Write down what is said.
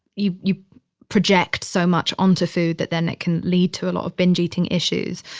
you you project so much onto food that then it can lead to a lot of binge eating issues.